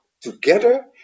together